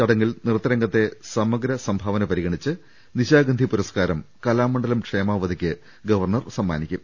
ചടങ്ങിൽ നൃത്തരംഗത്തെ സമഗ്ര സംഭാവന പരിഗ ണിച്ച് നിശാഗന്ധി പുരസ്കാരം കലാമണ്ഡലം ക്ഷേമാവതിക്ക് ഗവർണർ സമ്മാനിക്കും